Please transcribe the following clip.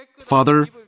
Father